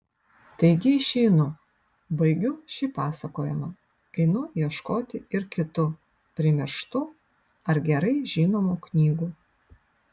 taigi išeinu baigiu šį pasakojimą einu ieškoti ir kitų primirštų ar gerai žinomų knygų